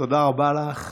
תודה רבה לך.